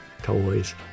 toys